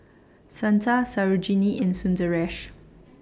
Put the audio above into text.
Santha Sarojini and Sundaresh